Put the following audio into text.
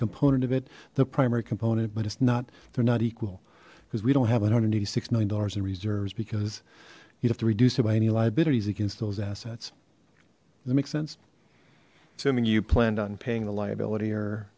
component of it the primary component but it's not they're not equal because we don't have one hundred and eighty six million dollars in reserves because you'd have to reduce it by any liabilities against those assets that makes sense assuming you planned on paying the liability or